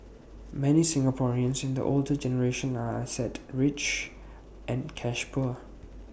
many Singaporeans in the older generation are asset rich and cash poor